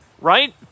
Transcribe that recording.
right